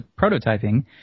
prototyping